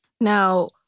Now